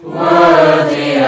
worthy